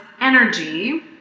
energy